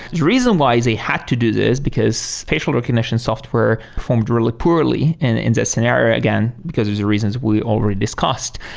the reason why they had to do this, because facial recognition software performed really poorly in this and scenario again because of the reasons we already discussed.